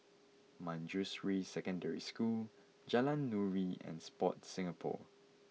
Manjusri Secondary School Jalan Nuri and Sport Singapore